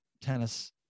tennis